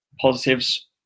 positives